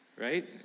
right